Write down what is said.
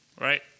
right